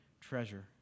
treasure